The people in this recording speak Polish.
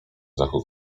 zachód